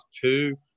two